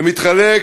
זה מתחלק: